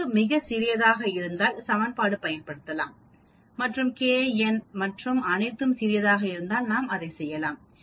தரவு மிகச் சிறியதாக இருந்தால் சமன்பாடு பயன்படுத்தலாம் மற்றும் k n மற்றும் அனைத்தும் சிறியதாக இருந்தால் நாம் அதை செய்யலாம்